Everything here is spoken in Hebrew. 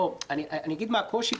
אגיד מה הקושי,